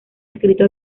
descrito